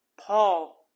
Paul